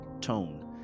tone